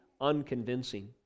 unconvincing